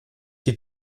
die